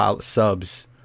subs